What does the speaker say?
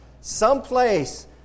someplace